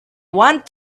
want